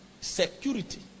security